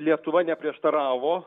lietuva neprieštaravo